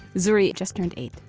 zuri just turned eight.